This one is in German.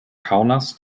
kaunas